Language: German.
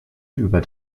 über